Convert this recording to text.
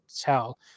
tell